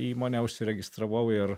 įmonę užsiregistravau ir